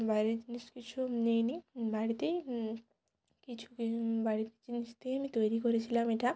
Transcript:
বাইরের জিনিস কিছু নেই নি বাড়িতেই কিছু বাড়ির জিনিস দিয়েই আমি তৈরি করেছিলাম এটা